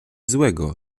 złego